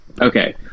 okay